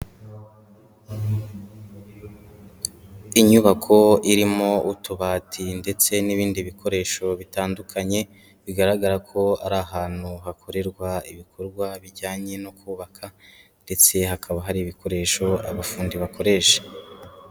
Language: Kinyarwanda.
Inyubako irimo utubati ndetse n'ibindi bikoresho bitandukanye, bigaragara ko ari ahantu hakorerwa ibikorwa bijyanye no kubaka ndetse hakaba hari ibikoresho abafundi bakoresha.